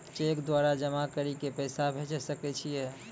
Cheque द्वारा जमा करि के पैसा भेजै सकय छियै?